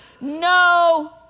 no